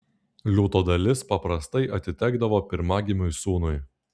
liūto dalis paprastai atitekdavo pirmagimiui sūnui